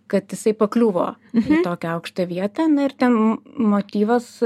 kad jisai pakliuvo į tokią aukštą vietą na ir ten motyvas